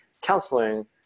counseling